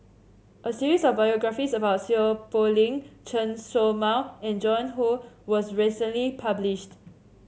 a series of biographies about Seow Poh Leng Chen Show Mao and Joan Hon was recently published